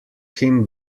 him